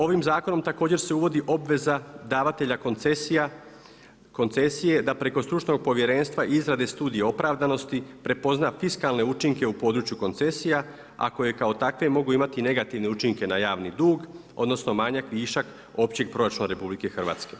Ovim zakonom također se uvodi obveza davatelja koncesije da preko stručnog povjerenstva i izrade Studije opravdanosti prepozna fiskalne učinke u području koncesija, a koje takve mogu imati negativne učinke na javni dug odnosno manjak, višak općeg proračuna RH.